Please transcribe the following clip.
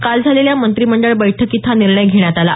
काल झालेल्या मंत्रिमंडळ बैठकीत हा निर्णय घेण्यात आला